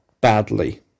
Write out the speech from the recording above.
badly